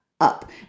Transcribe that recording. up